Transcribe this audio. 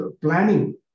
planning